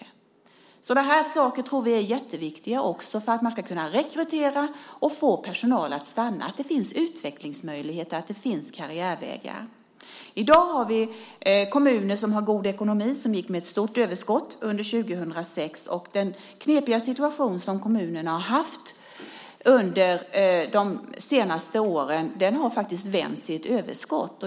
Vi tror att sådana här saker - att det finns utvecklingsmöjligheter och karriärvägar - är jätteviktiga också för att man ska kunna rekrytera och få personal att stanna. I dag finns det kommuner med god ekonomi och som gick med ett stort överskott under 2006. Den knepiga situation som kommunerna har haft under de senaste åren har faktiskt vänt till ett överskott.